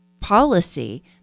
policy